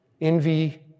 envy